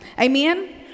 Amen